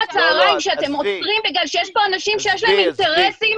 הצהריים שאתם עוצרים בגלל שיש פה אנשים שיש להם אינטרסים